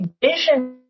vision